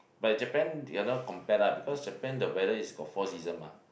but in Japan they cannot compare lah because Japan the weather is got four season mah